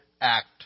act